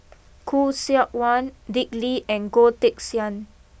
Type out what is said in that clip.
Khoo Seok Wan Dick Lee and Goh Teck Sian